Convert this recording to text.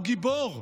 הוא גיבור,